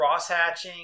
crosshatching